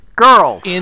Girls